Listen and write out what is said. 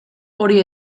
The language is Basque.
hori